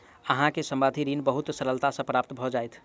अहाँ के सावधि ऋण बहुत सरलता सॅ प्राप्त भ जाइत